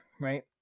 right